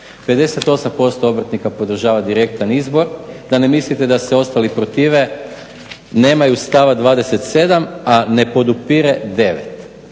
58% obrtnika podržava direktan izbor da ne mislite da se ostali protive nemaju stava 27%, a ne podupire 9%.